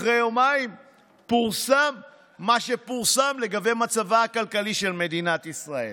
אחרי יומיים פורסם מה שפורסם לגבי מצבה הכלכלי של מדינת ישראל,